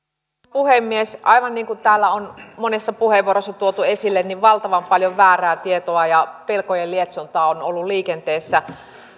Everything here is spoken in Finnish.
puhemies aivan niin kuin täällä on monessa puheenvuorossa tuotu esille valtavan paljon väärää tietoa ja pelkojen lietsontaa on ollut liikenteessä